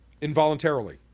involuntarily